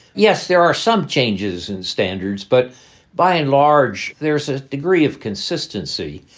yes, there are some changes in standards, but by and large, there's a degree of consistency.